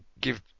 give